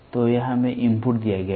तो यह हमें इनपुट दिया गया है